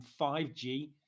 5G